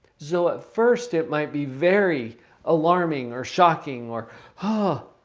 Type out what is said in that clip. so, at first, it might be very alarming or shocking or ah